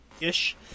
ish